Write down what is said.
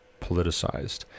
politicized